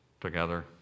together